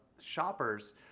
shoppers